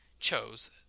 chose